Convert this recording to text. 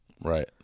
right